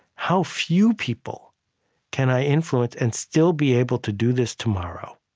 how few people can i influence and still be able to do this tomorrow?